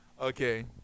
Okay